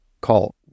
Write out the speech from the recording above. call